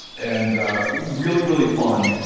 and really, really fun,